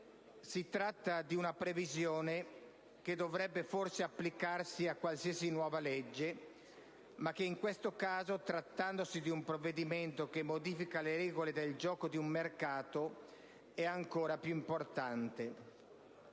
si tratta di una previsione che si dovrebbe applicare a qualsiasi nuova legge, ma in questo caso, trattandosi di un provvedimento che modifica le regole del gioco di un mercato, è ancora più importante.